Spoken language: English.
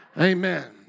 Amen